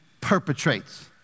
perpetrates